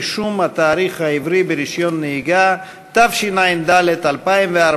(רישום התאריך העברי ברישיון נהיגה), התשע"ד 2014,